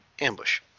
ambush